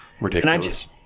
Ridiculous